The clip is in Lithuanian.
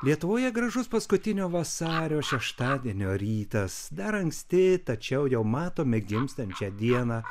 lietuvoje gražus paskutinio vasario šeštadienio rytas dar anksti tačiau jau matome gimstančią dieną